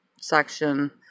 section